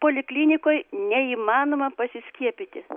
poliklinikoj neįmanoma pasiskiepyti